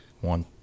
One